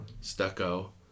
stucco